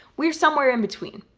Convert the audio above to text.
we're somewhere in between.